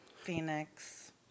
Phoenix